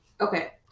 Okay